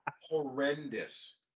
horrendous